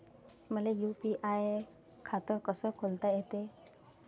मले यू.पी.आय खातं कस खोलता येते?